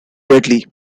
deadly